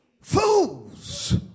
Fools